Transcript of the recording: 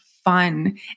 Fun